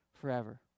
forever